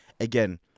Again